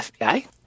fbi